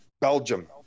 Belgium